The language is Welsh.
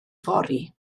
fory